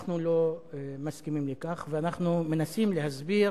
אנחנו לא מסכימים לכך ואנחנו מנסים להסביר